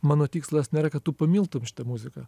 mano tikslas nėra kad tu pamiltum šitą muziką